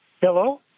Hello